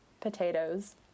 potatoes